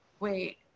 Wait